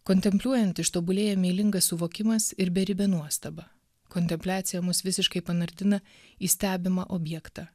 kontempliuojant ištobulėja meilingas suvokimas ir beribė nuostaba kontempliacija mus visiškai panardina į stebimą objektą